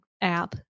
app